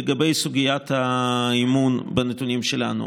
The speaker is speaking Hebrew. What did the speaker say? בסוגיית האמון בנתונים שלנו,